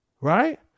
right